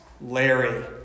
Larry